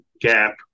gap